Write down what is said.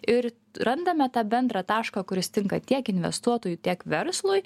ir randame tą bendrą tašką kuris tinka tiek investuotojui tiek verslui